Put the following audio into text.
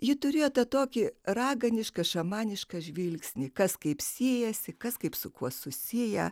ji turėjote tokį raganiška šamanišką žvilgsnį kas kaip siejasi kas kaip su kuo susiję